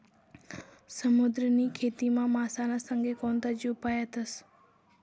समुद्रनी खेतीमा मासाना संगे कोणता जीव पायतस?